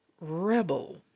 Rebel